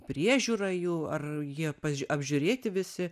priežiūra jų ar jie pavyzdžiui apžiūrėti visi